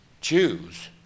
choose